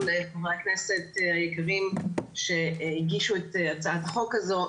חברי הכנסת היקרים שהגישו את הצעת החוק הזו,